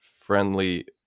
friendly